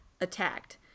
attacked